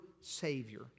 Savior